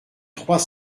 trois